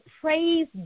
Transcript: praise